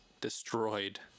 destroyed